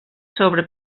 sobre